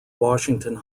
washington